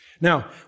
Now